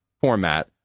format